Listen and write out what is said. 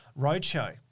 Roadshow